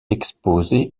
exposée